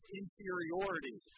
inferiority